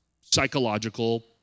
psychological